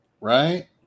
Right